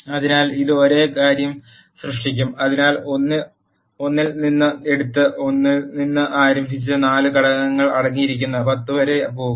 അതിനാൽ ഇത് ഒരേ കാര്യം സൃഷ്ടിക്കും അതിനാൽ അത് ഒന്നിൽ നിന്ന് എടുത്ത് 1 ൽ നിന്ന് ആരംഭിച്ച് 4 ഘടകങ്ങൾ അടങ്ങിയിരിക്കുന്ന 10 വരെ പോകും